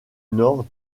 nord